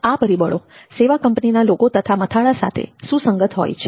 આ પરિબળો સેવા કંપનીના લોગો તથા મથાળા સાથે સુસંગત હોય છે